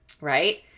right